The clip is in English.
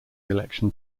election